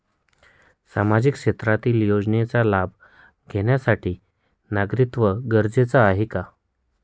सामाजिक क्षेत्रातील योजनेचा लाभ घेण्यासाठी नागरिकत्व गरजेचे आहे का?